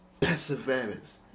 perseverance